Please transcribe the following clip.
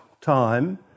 time